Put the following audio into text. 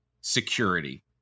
security